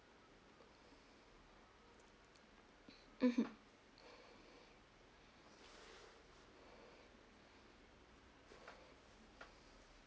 mmhmm